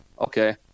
Okay